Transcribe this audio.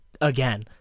again